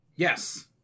Yes